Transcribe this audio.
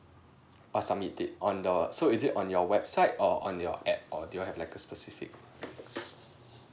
oo submit it on the so is it on your website or on your app or do you have like a specific